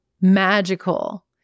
magical